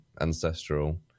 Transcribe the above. Ancestral